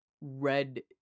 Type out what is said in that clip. Red